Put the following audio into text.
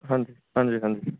ਹਾਂਜੀ ਹਾਂਜੀ ਹਾਂਜੀ